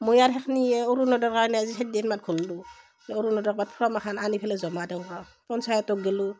মই আৰ সেইখিনি অৰুণোদয়ৰ কাৰণে আজি চাৰিদিনমান ঘূৰিলোঁ অৰুণোদয়ৰ ক'বাত ফৰ্ম এখান আনি ফেলে জমা দিওঁ ৰহ পঞ্চায়তক গ'লো